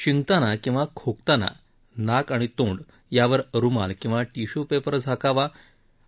शिंकताना किंवा खोकताना नाक आणि तोंड यावर रुमाल किंवा टिश्यू पेपरनं झाकावं